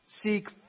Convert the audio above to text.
Seek